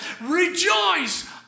Rejoice